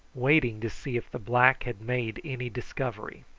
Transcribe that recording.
waiting to see if the black had made any discovery.